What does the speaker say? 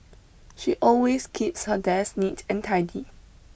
she always keeps her desk neat and tidy